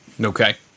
Okay